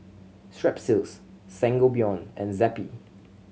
Strepsils Sangobion and Zappy